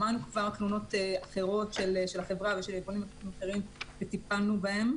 שמענו כבר תלונות אחרות של החברה ושל יבואנים אחרים וטיפלנו בהן.